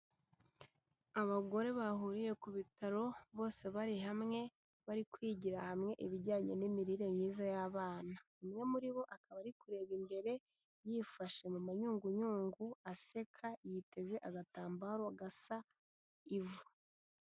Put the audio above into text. Abagore bahuriye ku bitaro bose bari hamwe, bari kwigira hamwe ibijyanye n'imirire myiza y'abana, umwe muri bo akaba ari kureba imbere yifashe mu mayunguyungu aseka, yiteze agatambaro gasa ivu.